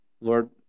Lord